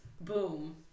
boom